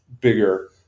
bigger